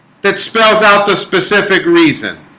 that spells out the specific reason